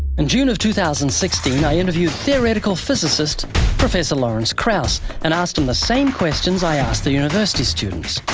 in june of two thousand and sixteen, i interviewed theoretical physicist professor lawrence krauss and asked him the same questions i asked the university students.